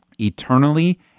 eternally